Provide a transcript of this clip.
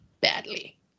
badly